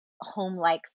home-like